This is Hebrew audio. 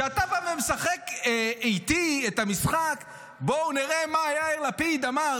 כשאתה בא ומשחק איתי את המשחק: בואו נראה מה יאיר לפיד אמר,